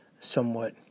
somewhat